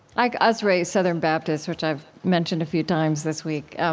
i was raised southern baptist, which i've mentioned a few times this week,